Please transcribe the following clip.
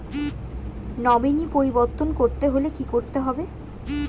Nominee পরিবর্তন করতে হলে কী করতে হবে?